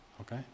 Okay